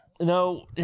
No